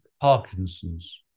Parkinson's